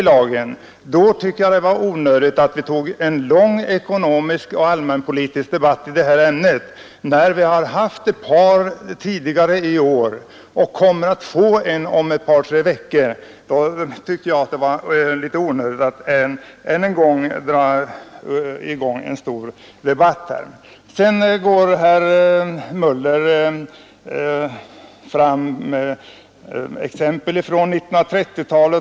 Jag tyckte då att det var onödigt med en lång ekonomisk och allmänpolitisk debatt i detta ämne, eftersom vi haft ett par debatter tidigare i år och även kommer att få en sådan debatt om några veckor. Herr Möller drog fram en del exempel från 1930-talet.